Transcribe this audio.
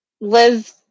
Liz